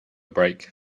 break